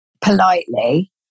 politely